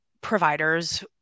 providers